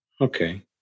Okay